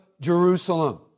Jerusalem